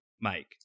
Mike